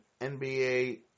NBA